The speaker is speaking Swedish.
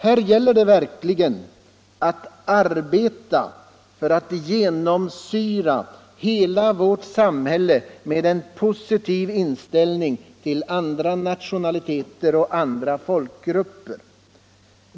Här gäller det verkligen att arbeta för att genomsyra hela vårt samhälle med en positiv inställning till andra nationaliteter och andra folkgrupper.